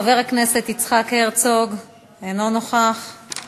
חבר הכנסת יצחק הרצוג, אינו נוכח,